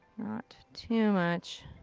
not too much.